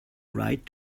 right